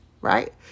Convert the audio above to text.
right